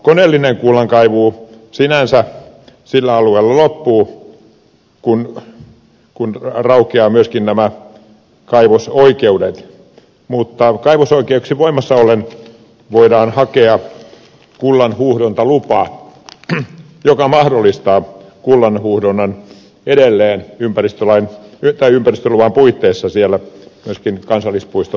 koneellinen kullankaivu sinänsä sillä alueella loppuu kun raukeavat myöskin nämä kaivosoikeudet mutta kaivosoikeuksien voimassa ollessa voidaan hakea kullanhuuhdontalupa joka mahdollistaa kullanhuuhdonnan edelleen ympäristöluvan puitteissa myöskin siellä kansallispuiston alueella